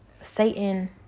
Satan